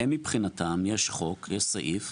מבחינתם יש חוק, יש סעיף,